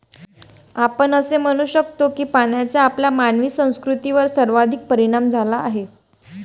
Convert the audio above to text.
आपण असे म्हणू शकतो की पाण्याचा आपल्या मानवी संस्कृतीवर सर्वाधिक परिणाम झाला आहे